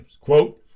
Quote